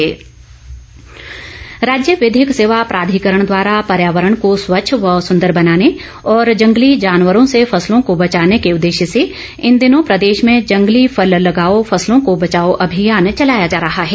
वृक्षारोपण राज्य विधिक सेवा प्राधिकरण द्वारा पर्यावरण को स्वच्छ व सुंदर बनाने और जंगली जानवरों से फसलों को बचाने के उद्देश्य से इन दिनों प्रदेश में जंगली फल लगाओ फॅसलों को बचाओ अभियान चलाया जा रहा है